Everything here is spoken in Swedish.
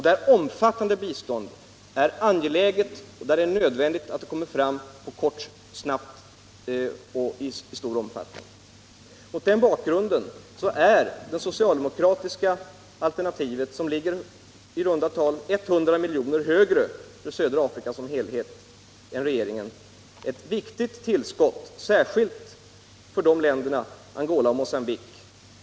Ett omfattande bistånd är angeläget, och det är nödvändigt att det kommer fram snabbt. Mot denna bakgrund utgör det socialdemokratiska alternativet, som för södra Afrika som helhet ligger i runda tal 100 milj.kr. högre än regeringens förslag, ett viktigt tillskott, särskilt för Angola och Mogambique.